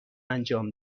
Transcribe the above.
انجام